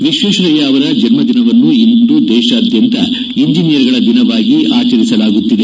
ವಿಶ್ವೇಶ್ವರಯ್ಯ ಅವರ ಜನ್ನದಿನವನ್ನು ಇಂದು ದೇಶಾದ್ವಂತ ಇಂಜಿನಿಯರ್ಗಳ ದಿನವಾಗಿಯೂ ಆಚರಿಸಲಾಗುತ್ತಿದೆ